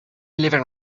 leaving